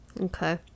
Okay